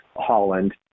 Holland